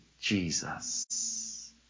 Jesus